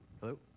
Hello